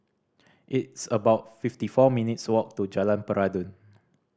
it's about fifty four minutes' walk to Jalan Peradun